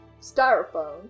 styrofoam